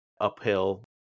uphill